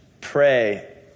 pray